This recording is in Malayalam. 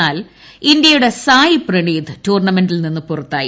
എന്നാൽ ഇന്ത്യയുടെ സായി പ്രണീത് ടൂർണമെന്റിൽ നിന്ന് പുറത്തായി